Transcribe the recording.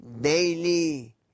daily